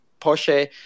Porsche